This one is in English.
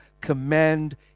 commend